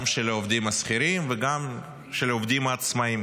גם של העובדים השכירים וגם של העובדים העצמאים.